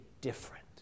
different